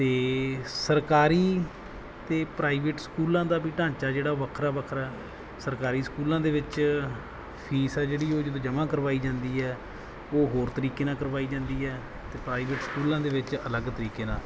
ਅਤੇ ਸਰਕਾਰੀ ਅਤੇ ਪ੍ਰਾਈਵੇਟ ਸਕੂਲਾਂ ਦਾ ਵੀ ਢਾਂਚਾ ਜਿਹੜਾ ਵੱਖਰਾ ਵੱਖਰਾ ਸਰਕਾਰੀ ਸਕੂਲਾਂ ਦੇ ਵਿੱਚ ਫੀਸ ਆ ਜਿਹੜੀ ਉਹ ਜਦੋਂ ਜਮ੍ਹਾਂ ਕਰਵਾਈ ਜਾਂਦੀ ਹੈ ਉਹ ਹੋਰ ਤਰੀਕੇ ਨਾਲ ਕਰਵਾਈ ਜਾਂਦੀ ਹੈ ਅਤੇ ਪ੍ਰਾਈਵੇਟ ਸਕੂਲਾਂ ਦੇ ਵਿੱਚ ਅਲੱਗ ਤਰੀਕੇ ਨਾਲ